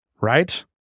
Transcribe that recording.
Right